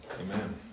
Amen